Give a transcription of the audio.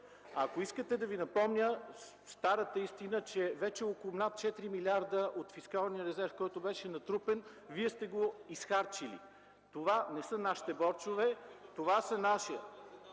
Ако искате, да Ви напомня старата истина, че вече около над 4 милиарда от фискалния резерв, който беше натрупан, Вие сте го изхарчили. Това не са нашите борчове. (Реплика на